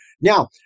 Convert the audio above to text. Now